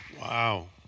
Wow